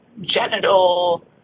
genital